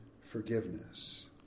forgiveness